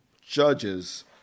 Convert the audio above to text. judges